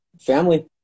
family